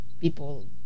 people